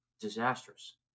Disastrous